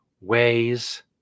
ways